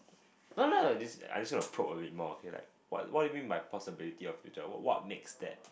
I just wanna poke a bit more okay like what what do you mean by possibility of future like what makes that